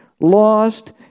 lost